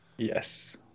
Yes